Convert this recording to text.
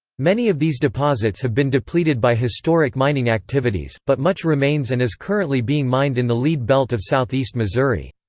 many of these deposits have been depleted by historic mining activities, but much remains and is currently being mined in the lead belt of southeast missouri.